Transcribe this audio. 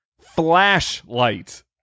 Flashlight